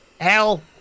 Hell